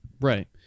Right